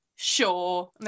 sure